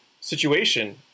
situation